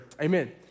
amen